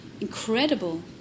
incredible